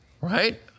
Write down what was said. right